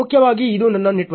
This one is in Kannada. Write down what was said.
ಮುಖ್ಯವಾಗಿ ಇದು ನನ್ನ ನೆಟ್ವರ್ಕ್